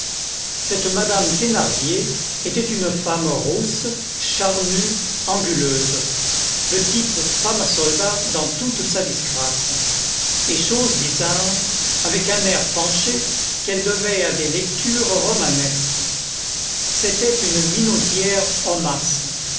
cette madame thénardier était une femme rousse charnue anguleuse le type femme à soldat dans toute sa disgrâce et chose bizarre avec un air penché qu'elle devait à des lectures romanesques c'était une minaudière hommasse